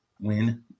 win